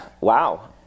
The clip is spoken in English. Wow